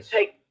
Take